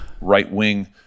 right-wing